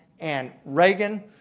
and reagan,